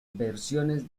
versiones